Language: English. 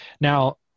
Now